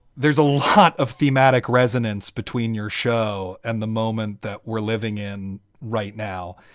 there's a lot of thematic resonance between your show and the moment that we're living in right now.